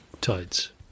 tides